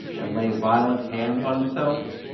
and lay violent hands on himself?